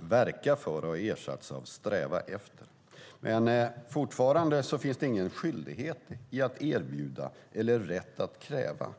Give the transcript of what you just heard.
"verka för" har ersatts av "sträva efter". Men fortfarande finns det ingen skyldighet i att erbjuda eller rätt att kräva.